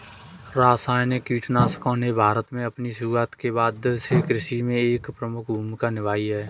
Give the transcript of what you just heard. रासायनिक कीटनाशकों ने भारत में अपनी शुरूआत के बाद से कृषि में एक प्रमुख भूमिका निभाई है